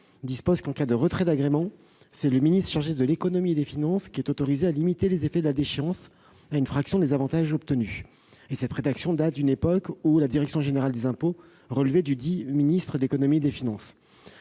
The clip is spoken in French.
dispose qu'en cas de retrait d'agrément, c'est le ministre chargé de l'économie et des finances qui est autorisé à limiter les effets de la déchéance à une fraction des avantages obtenus. Cette rédaction date d'une époque où la direction générale des impôts relevait dudit ministre de l'économie et des finances.